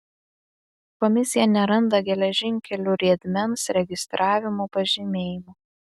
komisija neranda geležinkelių riedmens registravimo pažymėjimų